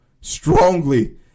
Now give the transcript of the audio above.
strongly